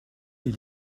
les